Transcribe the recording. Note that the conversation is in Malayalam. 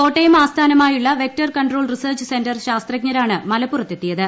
കോട്ടയം ആസ്ഥാനമായുള്ള വെക്ടർ കൺട്രോൾ റിസർച്ച് സെന്റർ ശാസ്ത്രജ്ഞരാണ് മലപ്പുറത്തെത്തിയത്